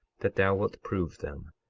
that thou wilt prove them,